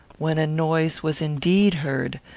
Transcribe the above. when a noise was indeed heard,